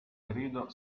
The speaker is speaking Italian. periodo